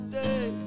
day